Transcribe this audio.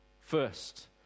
First